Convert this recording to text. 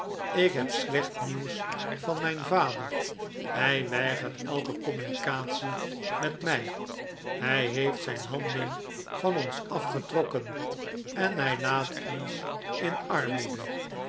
ik heb slecht nieuws van mijn vader hij weigert elke communicatie met mij hij heeft zijn handen van ons afgetrokken en hij laat ons in armoede